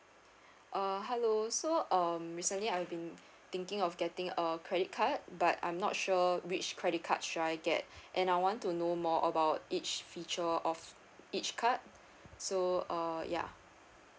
uh hello so um recently I've been thinking of getting a credit card but I'm not sure which credit card should I get and I want to know more about each feature of each card so uh ya